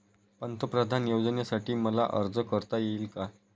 पंतप्रधान योजनेसाठी मला अर्ज करता येईल का?